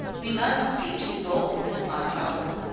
we mustn't be too bold, miss montaubyn,